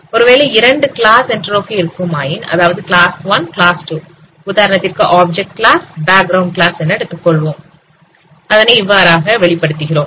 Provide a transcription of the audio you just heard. ஒருவேளை இரண்டு class entropy இருக்குமாயின் அதாவது கிளாஸ் 1 கிளாஸ் 2 உதாரணத்திற்கு ஆப்ஜெக்ட் கிளாஸ் பேக்ரவுண்ட் கிளாஸ் என எடுத்துக் கொள்வோம்